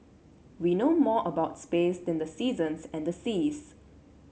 we know more about space than the seasons and the seas